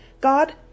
God